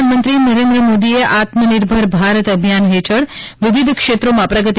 પ્રધાનમંત્રી નરેન્દ્ર મોદીએ આત્મનિર્ભર ભારત અભિયાન હેઠળ વિવિધ ક્ષેત્રોમાં પ્રગતિ